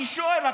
אני שואל.